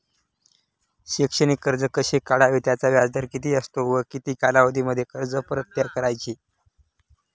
शैक्षणिक कर्ज कसे काढावे? त्याचा व्याजदर किती असतो व किती कालावधीमध्ये कर्ज परत करायचे?